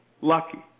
lucky